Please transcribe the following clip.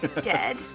Dead